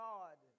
God